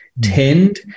tend